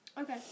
Okay